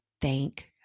thank